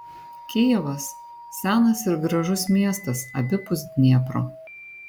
kijevas senas ir gražus miestas abipus dniepro